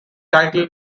title